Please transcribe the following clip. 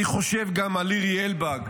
אני חושב גם על לירי אלבג,